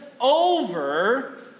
over